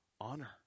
honor